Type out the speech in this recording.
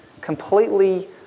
completely